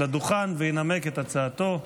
לדוכן וינמק את הצעתו.